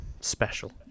special